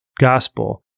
gospel